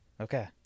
Okay